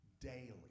daily